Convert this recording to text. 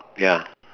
ya